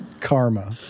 karma